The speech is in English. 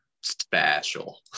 special